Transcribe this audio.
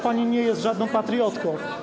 Pani nie jest żadną patriotką!